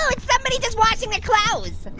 so it's somebody just washing their clothes.